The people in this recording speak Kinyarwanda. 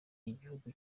igihugu